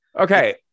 Okay